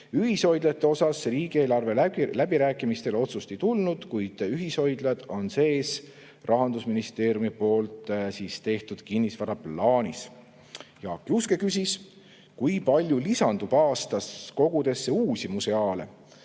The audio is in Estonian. Ühishoidlate kohta riigieelarve läbirääkimistel otsust ei tulnud, kuid ühishoidlad on sees Rahandusministeeriumi tehtud kinnisvaraplaanis. Jaak Juske küsis, kui palju lisandub aastas kogudesse uusi museaale.